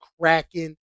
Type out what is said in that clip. cracking